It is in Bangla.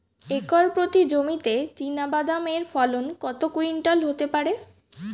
একর প্রতি জমিতে চীনাবাদাম এর ফলন কত কুইন্টাল হতে পারে?